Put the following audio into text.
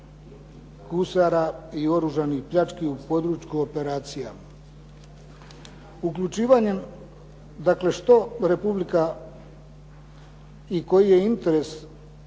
gusara i oružanih pljački u području operacija. Dakle što Republika i koji je interes